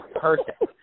perfect